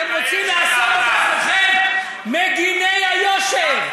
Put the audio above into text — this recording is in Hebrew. אתם רוצים לעשות את עצמכם מגִני היושר.